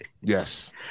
Yes